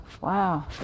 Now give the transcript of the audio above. wow